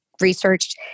researched